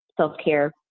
self-care